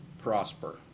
prosper